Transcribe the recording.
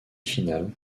finale